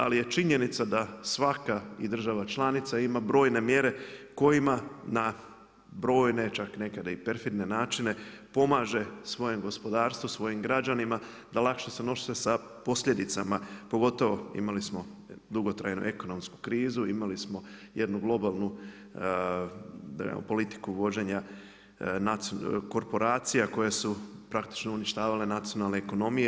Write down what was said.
Ali je činjenica da svaka i država članica ima brojne mjere kojima na brojne, čak nekada i perfidne načine pomaže svojem gospodarstvu, svojim građanima da lakše se nose sa posljedicama pogotovo imali smo dugotrajnu ekonomsku krizu, imali smo jednu globalnu politiku vođenja korporacija koje su praktično uništavale nacionalne ekonomije.